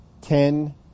ten